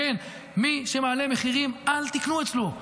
כן, מי שמעלה מחירים, אל תקנו אצלו.